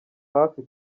hafi